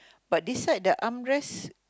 but this side the armrest